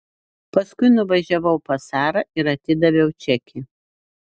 paskui nuvažiavau pas sarą ir atidaviau čekį